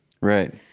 Right